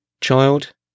child